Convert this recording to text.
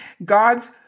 Gods